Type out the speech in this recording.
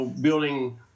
building